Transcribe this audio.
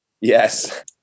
Yes